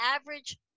average